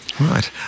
Right